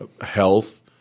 health